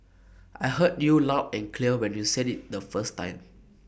I heard you loud and clear when you said IT the first time